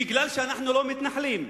מפני שאנחנו לא מתנחלים.